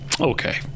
Okay